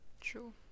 True